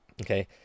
okay